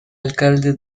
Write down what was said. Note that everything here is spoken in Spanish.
alcalde